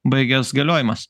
baigias galiojimas